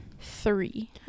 three